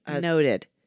noted